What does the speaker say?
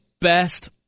best